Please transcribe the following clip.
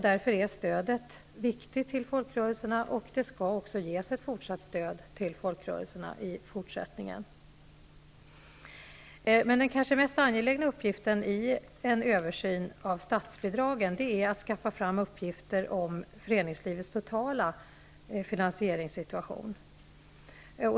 Därför är stödet till folkrörelserna viktigt. Det skall också ges ett fortsatt stöd till folkrörelserna. Den kanske mest angelägna uppgiften i en översyn av statsbidragen är att skaffa fram uppgifter om föreningslivets totala finansieringssituation.